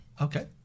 Okay